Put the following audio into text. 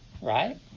right